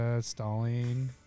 stalling